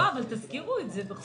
אבל תזכירו את זה.